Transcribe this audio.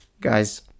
guys